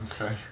okay